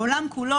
העולם כולו,